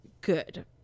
good